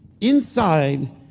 Inside